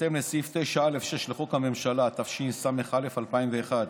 בהתאם לסעיף 9(א)(6) לחוק הממשלה, התשס"א 2001,